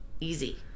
easy